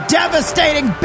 devastating